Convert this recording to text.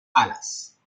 alas